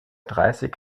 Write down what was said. dreißig